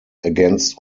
against